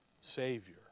Savior